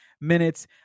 minutes